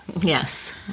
Yes